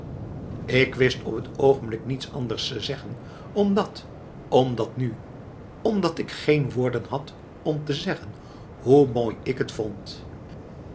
ik wist op t oogenblik niets anders te zeggen omdat omdat nu omdat ik geen woorden had om te zeggen hoe mooi ik t vond